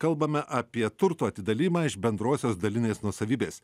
kalbame apie turto atidalijimą iš bendrosios dalinės nuosavybės